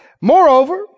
Moreover